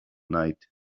night